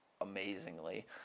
amazingly